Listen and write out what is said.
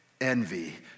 envy